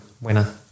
winner